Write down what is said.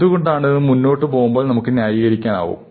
എന്തുകൊണ്ടാണിതെന്നു മുന്നോട്ട് പോകുമ്പോൾ നമുക്ക് ന്യായീകരിക്കാനാകും